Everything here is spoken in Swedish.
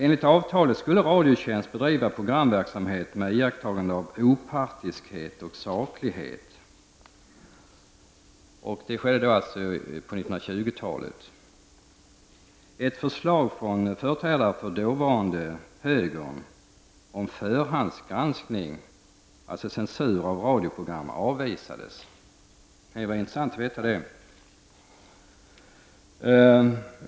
Enligt avtalet skulle Radiotjänst bedriva programverksamhet med iakttagande av opartiskhet och saklighet. Det skedde alltså på 20-talet. Ett förslag från företrädare för dåvarande högern om förhandsgranskning, dvs. censur av radioprogram, avvisades. Det kan vara intressant att veta.